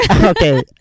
Okay